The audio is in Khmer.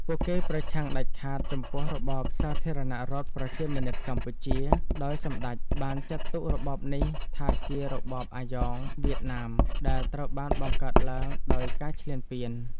ពួកគេប្រឆាំងដាច់ខាតចំពោះរបបសាធារណរដ្ឋប្រជាមានិតកម្ពុជា ដោយសម្ដេចបានចាត់ទុករបបនេះថាជារបបអាយ៉ងវៀតណាមដែលត្រូវបានបង្កើតឡើងដោយការឈ្លានពាន។